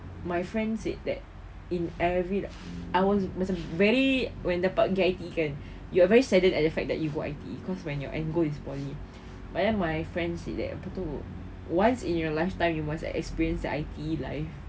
my friend said that in every like I was macam very when dapat pergi I_T_E kan you are very saddened at the fact that you go I_T_E cause when your end goal is poly but then my friends said that apa tu once in your lifetime you must experience I_T_E life